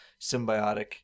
Symbiotic